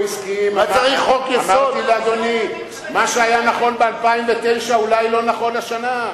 מה שהיה נכון ב-2009 אולי לא נכון השנה.